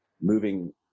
moving